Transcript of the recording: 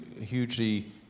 hugely